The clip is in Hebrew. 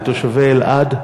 לתושבי אלעד,